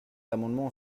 amendements